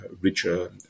richer